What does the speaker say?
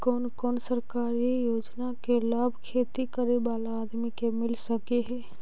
कोन कोन सरकारी योजना के लाभ खेती करे बाला आदमी के मिल सके हे?